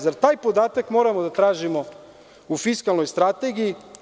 Zar taj podatak moramo da tražimo u fiskalnoj strategiji?